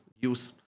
use